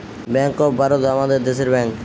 bank of Baroda আমাদের দেশের bank